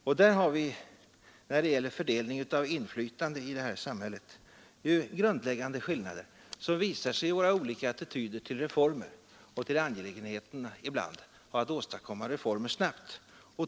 Och där, när det gäller fördelningen av inflytandet i samhället, finns grundläggande skillnader mellan moderaterna och oss som visar sig i våra olika attityder till reformer och ibland till angelägenheten av att åstadkomma reformer snabbt.